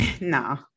no